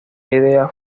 idea